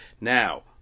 Now